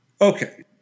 Okay